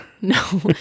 No